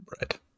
Right